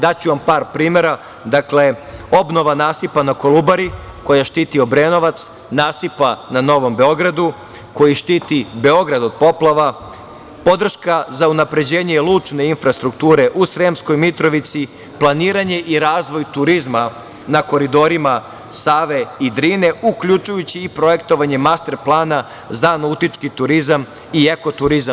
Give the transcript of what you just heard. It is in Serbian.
Daću vam par primera, dakle, obnova nasipa na Kolubari, koja štiti Obrenovac, nasipa na Novom Beogradu, koji štiti Beograd od poplava, podrška za unapređenje lučne infrastrukture u Sremskoj Mitrovici, planiranje i razvoj turizma na koridorima Save i Drine, uključujući i projektovanje master plana za nautički turizam i eko turizam.